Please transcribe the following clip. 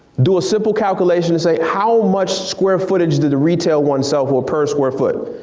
do a simple calculation and say, how much square footage did the retail one sell for per square foot?